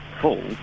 full